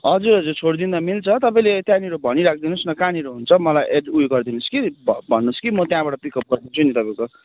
हजुर हजुर छोडिदिँदा मिल्छ तपाईँले त्यहाँनिर भनी राखिदिनुहोस् न कहाँनिर हुन्छ मलाई एड ऊ यो गरिदिनुहोस् कि भ भन्नुहोस् कि त्यहाँबाट पिकअप गरिदिन्छु नि तपाईँको